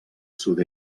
sud